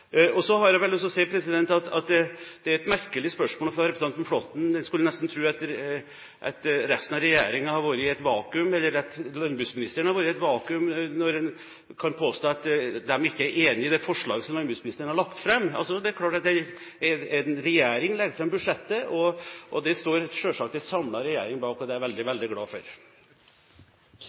Så har jeg lyst til å si at det er et merkelig spørsmål fra representanten Flåtten. Man skulle nesten tro at resten av regjeringen har vært i et vakuum, eller at landbruksministeren har vært i et vakuum, når man kan påstå at regjeringen ikke er enig i det forslaget som landbruksministeren har lagt fram. Det er klart at en regjering legger fram budsjettet, og det står selvsagt en samlet regjering bak. Det er jeg veldig, veldig glad for.